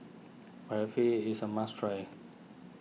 Barfi is a must try